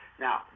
Now